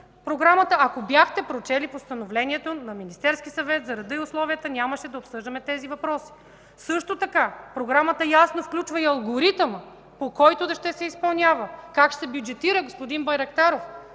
Програмата. Ако бяхте прочели постановлението на Министерския съвет за реда и условията, нямаше да обсъждаме тези въпроси. Също така Програмата ясно включва и алгоритъма, по който ще се изпълнява. Как ще се бюджетира, господин Байрактаров?